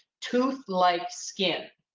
tooth-like skin.